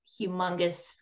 humongous